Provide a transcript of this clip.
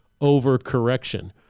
overcorrection